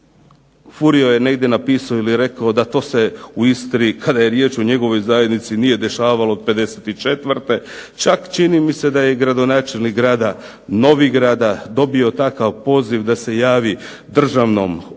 Furio je negdje napisao ili rekao da to se u Istri kada je riječ o njegovoj zajednici nije dešavalo od '54. Čak čini mi se da je i gradonačelnik grada Novigrada dobio takav poziv da se javi državnom odvjetniku